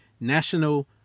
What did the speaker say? national